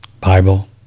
Bible